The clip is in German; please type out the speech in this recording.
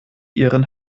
ihren